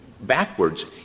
backwards